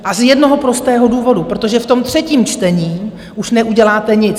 A z jednoho prostého důvodu: protože v tom třetím čtení už neuděláte nic.